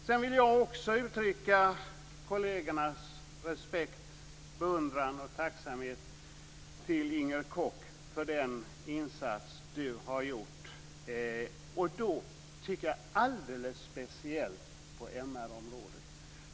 Jag vill också uttrycka kollegernas respekt, beundran och tacksamhet till Inger Koch för den insats som du har gjort, alldeles speciellt på MR-området.